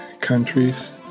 countries